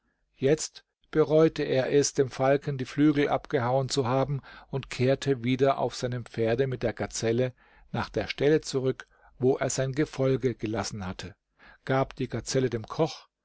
jetzt bereute er es dem falken die flügel abgehauen zu haben und kehrte wieder auf seinem pferde mit der gazelle nach der stelle zurück wo er sein gefolge gelassen hatte gab die gazelle dem koch